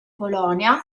polonia